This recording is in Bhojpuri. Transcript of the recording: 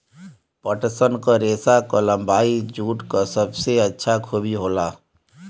पटसन क रेसा क लम्बाई जूट क सबसे अच्छा खूबी होला